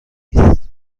نیست